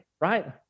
right